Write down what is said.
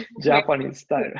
Japanese-style